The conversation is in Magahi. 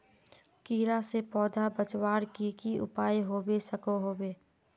कीड़ा से पौधा बचवार की की उपाय होबे सकोहो होबे?